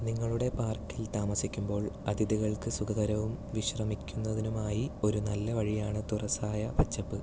നിങ്ങളുടെ പാർക്കിൽ താമസിക്കുമ്പോൾ അതിഥികൾക്ക് സുഖകരവും വിശ്രമിക്കുന്നതിനുമായി ഒരു നല്ല വഴിയാണ് തുറസ്സായ പച്ചപ്പ്